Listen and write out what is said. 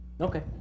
Okay